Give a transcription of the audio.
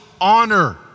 honor